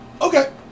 Okay